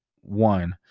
One